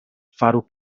faru